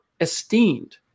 esteemed